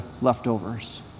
leftovers